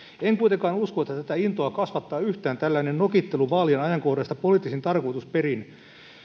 en kuitenkaan usko että tätä intoa kasvattaa yhtään tällainen nokittelu vaalien ajankohdasta poliittisin tarkoitusperin